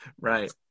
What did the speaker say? right